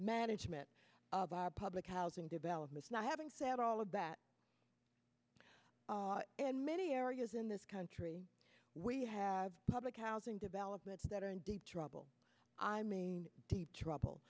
management of our public housing developments not having said all of that in many areas in this country we have public housing developments that are in deep trouble i mean deep trouble